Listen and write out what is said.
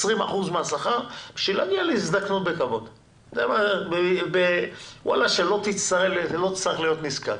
חודש בשביל להגיע להזדקנות בכבוד ובשביל לא להיות נזקק.